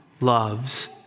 loves